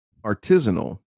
artisanal